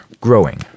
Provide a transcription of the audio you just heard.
growing